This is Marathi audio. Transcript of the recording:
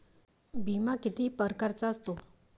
बिमा किती परकारचा असतो?